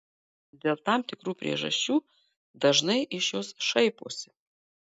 dėl tam tikrų priežasčių dažnai iš jos šaiposi